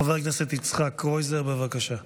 חבר הכנסת יצחק קרויזר, בבקשה,